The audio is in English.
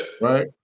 Right